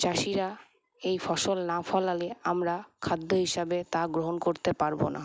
চাষীরা এই ফসল না ফলালে আমরা খাদ্য হিসাবে তা গ্রহণ করতে পারবো না